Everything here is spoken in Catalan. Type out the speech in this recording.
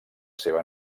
seva